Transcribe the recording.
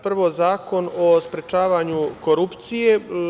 Prvo Zakon o sprečavanju korupcije.